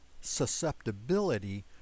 susceptibility